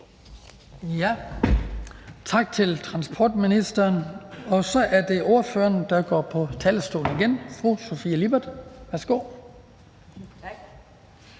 Tak til transportministeren. Så er det ordføreren, der går på talerstolen igen. Fru Sofie Lippert. Værsgo.